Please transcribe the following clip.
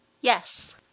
Yes